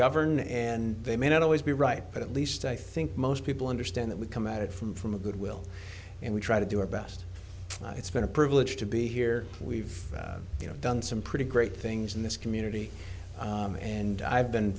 govern and they may not always be right but at least i think most people understand that we come at it from from a goodwill and we try to do our best it's been a privilege to be here we've you know done some pretty great things in it's community and i've been